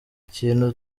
ikintu